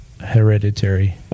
hereditary